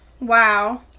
Wow